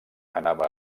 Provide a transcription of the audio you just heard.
anava